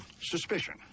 Suspicion